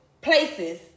places